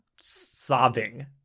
sobbing